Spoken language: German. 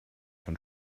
von